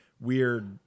Weird